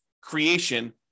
creation